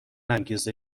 انگیزه